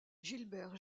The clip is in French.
gilbert